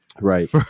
Right